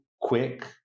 quick